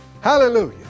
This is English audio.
Hallelujah